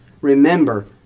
remember